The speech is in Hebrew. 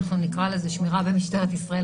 אנחנו נקרא לזה שמירה במשטרת ישראל,